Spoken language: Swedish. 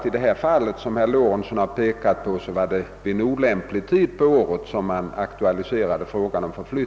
I detta speciella fall har väl åtgärderna för att få i väg bävern satts in på olämplig tid på året.